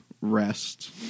rest